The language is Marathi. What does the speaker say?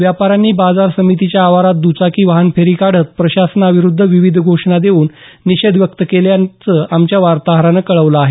व्यापाऱ्यांनी बाजार समितीच्या आवारात द्रचाकी वाहनफेरी काढत प्रशासनाविरुद्ध विविध घोषणा देऊन निषेध व्यक्त केल्याचं आमच्या वार्ताहरानं कळवलं आहे